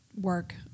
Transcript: work